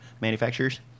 manufacturers